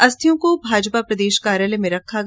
अस्थियों को भाजपा प्रदेश कार्यालय में रखा गया